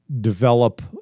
develop